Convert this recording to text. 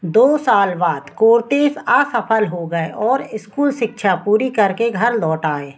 दो साल बाद कोर्तेस असफल हो गए और इस्कूल शिक्षा पूरी करके घर लौट आए